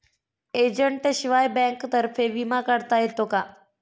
एजंटशिवाय बँकेतर्फे विमा काढता येतो का?